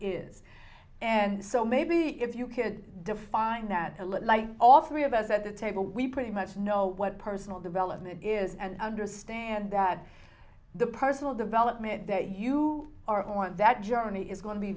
is and so maybe if you could define that a little like all three of us at the table we pretty much know what personal development is and understand that the personal development that you are on that journey is going to be